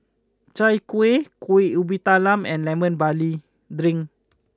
Chai Kueh Kuih Ubi Kayu and Lemon Barley Drink